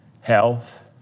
health